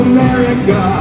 America